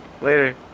Later